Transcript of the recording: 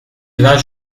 vingt